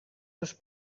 seus